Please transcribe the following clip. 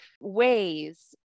ways